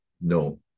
No